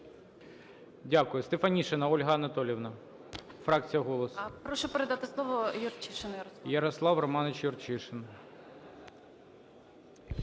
Дякую.